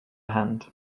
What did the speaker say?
hand